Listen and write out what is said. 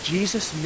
Jesus